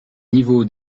niveau